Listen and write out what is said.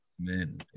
Amen